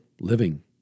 living